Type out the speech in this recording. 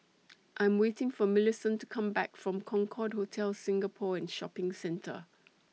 I Am waiting For Millicent to Come Back from Concorde Hotel Singapore and Shopping Centre